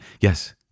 yes